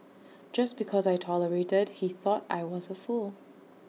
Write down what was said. just because I tolerated he thought I was A fool